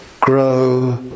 grow